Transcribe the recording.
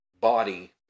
body